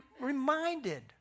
reminded